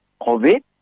COVID